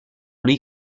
lui